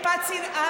ואין בי טיפת שנאה.